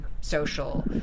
social